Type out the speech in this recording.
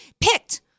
picked